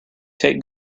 take